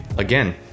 Again